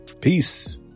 peace